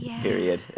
period